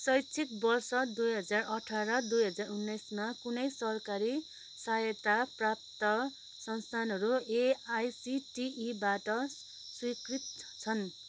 शैक्षिक वर्ष दुई हजार अठार दुई हजार उन्नाइसमा कुनै सरकारी सहायता प्राप्त संस्थानहरू A I C T E बाट स्वीकृत छन्